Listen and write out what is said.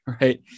right